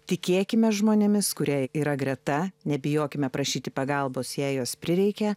tikėkime žmonėmis kurie yra greta nebijokime prašyti pagalbos jei jos prireikia